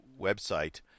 website